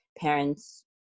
parents